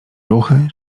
ruchy